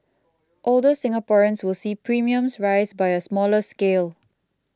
older Singaporeans will see premiums rise by a smaller scale